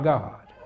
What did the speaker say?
God